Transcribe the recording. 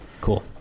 Cool